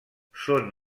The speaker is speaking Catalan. són